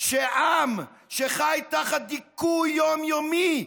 שעם שחי תחת דיכוי יום-יומי,